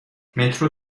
مترو